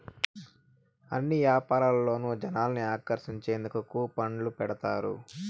అన్ని యాపారాల్లోనూ జనాల్ని ఆకర్షించేందుకు కూపన్లు పెడతారు